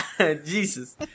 Jesus